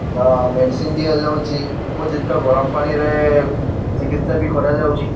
ତ ମେଡ଼ିସିନ୍ ଦିଆଯାଉଛି ଉପଯୁକ୍ତ ଗରମ ପାଣିରେ ଚିକିତ୍ସା ବି କରାଯାଉଛି